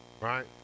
right